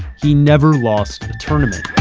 he never lost a tournament.